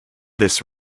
this